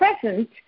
present